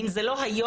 אם זה לא היום,